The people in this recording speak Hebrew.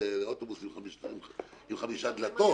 ואוטובוס עם חמישה דלתות.